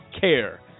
care